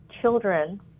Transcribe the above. children